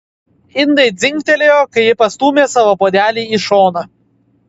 indai dzingtelėjo kai ji pastūmė savo puodelį į šoną